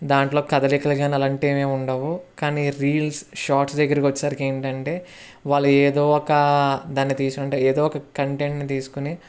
దాంట్లో కదలికలు కానీ అలాంటివి యేవి ఉండవు కానీ రీల్స్ షార్ట్స్ దగ్గరకు వచ్చేసరికి ఏంటి అంటే వాళ్ళు ఏదో ఒక దాన్ని తీసి ఉంటే ఏదో ఒక కంటెంట్ తీసుకోని